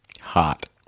Hot